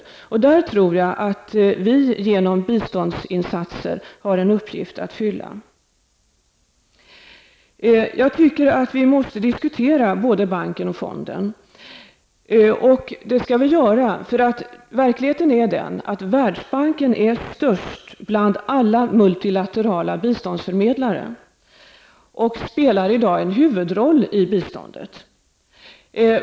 I dessa sammanhang tror jag att vi genom biståndsinsatser har en uppgift att fylla. Jag tycker att vi måste diskutera både banken och fonden. Det skall vi göra eftersom verkligheten är sådan att Världsbanken är störst bland alla multilaterala biståndsförmedlare och spelar i dag en huvudroll när det gäller biståndet.